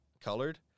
colored